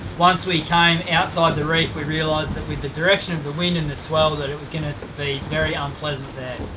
once we came outside the reef, we realised that with the direction of the wind and the swell that it was gonna be very unpleasant there.